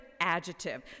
adjective